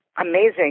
amazing